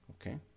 Okay